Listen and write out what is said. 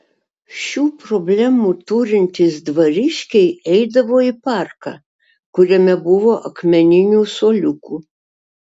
šių problemų turintys dvariškiai eidavo į parką kuriame buvo akmeninių suoliukų